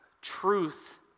truth